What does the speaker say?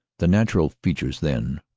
the natural features, then,